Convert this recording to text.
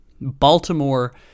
Baltimore